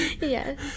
Yes